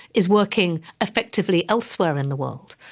is working effectively elsewhere in the world.